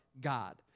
God